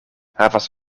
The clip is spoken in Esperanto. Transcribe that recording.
havas